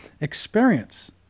experience